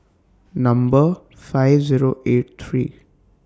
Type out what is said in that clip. Number five Zero eight three